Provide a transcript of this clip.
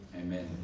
amen